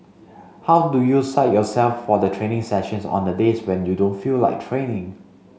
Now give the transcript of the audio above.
how do you psych yourself for the training sessions on the days when you don't feel like training